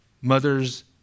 mothers